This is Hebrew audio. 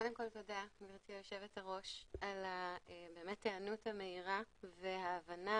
תודה גבירתי היו"ר על ההיענות המהירה וההבנה